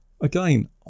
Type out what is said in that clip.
Again